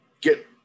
get